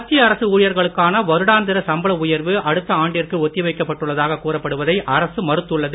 மத்திய அரசு ஊழியர்களுக்கான வருடாந்திர சம்பள உயர்வு அடுத்த ஆண்டிற்கு ஒத்திவைக்கப் பட்டுள்ளதாகக் கூறப்படுவதை அரசு மறுத்துள்ளது